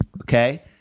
okay